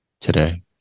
today